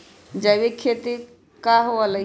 जैविक खेती की हुआ लाई?